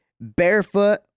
barefoot